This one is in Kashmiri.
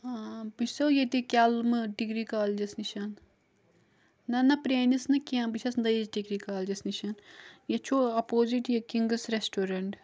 بہٕ چھسٮ۪و ییٚتی کٮ۪لمہٕ ڈگری کالجس نِشَن نہَ نہَ پرٲنس نہٕ کیٚنٛہہ بہٕ چھس نٔیِس ڈگری کالجس نشَن یتھ چھُ اپوزٕٹ یہِ کنگس رٮ۪سٹورنٹ